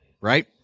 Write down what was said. Right